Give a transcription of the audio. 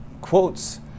quotes